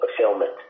fulfillment